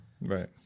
Right